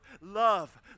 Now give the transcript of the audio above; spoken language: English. love